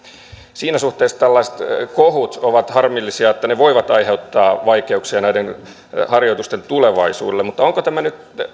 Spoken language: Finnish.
siinä suhteessa tällaiset kohut ovat harmillisia että ne voivat aiheuttaa vaikeuksia näiden harjoitusten tulevaisuudelle mutta onko tämä nyt